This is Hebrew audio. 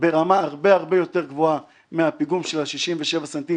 ברמה הרבה הרבה יותר גבוהה מהפיגום של ה-67 ס"מ,